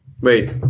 Wait